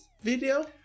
video